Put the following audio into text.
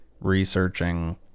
researching